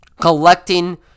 collecting